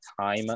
time